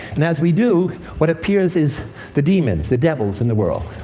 and as we do, what appears is the demons, the devils in the world.